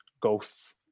ghosts